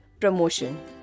promotion